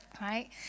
right